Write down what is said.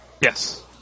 Yes